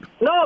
No